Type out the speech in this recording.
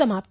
समाप्त